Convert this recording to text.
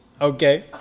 Okay